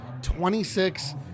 26